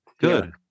Good